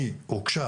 היא הוגשה